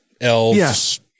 elves